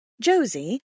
Josie